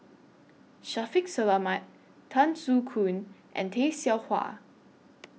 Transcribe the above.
Shaffiq Selamat Tan Soo Khoon and Tay Seow Huah